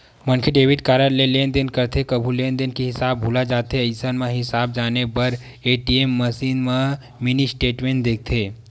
मनखे debit card ले लेनदेन करथे कभू लेनदेन के हिसाब भूला जाथे अइसन म हिसाब जाने बर ए.टी.एम मसीन म मिनी स्टेटमेंट देखथे